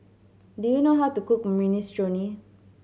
do you know how to cook Minestrone